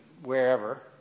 wherever